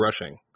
rushing